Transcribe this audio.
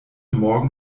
morgen